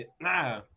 Nah